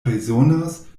rezonas